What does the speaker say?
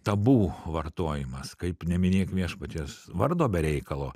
tabu vartojimas kaip neminėk viešpaties vardo be reikalo